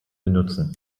benutzen